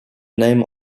name